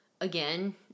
again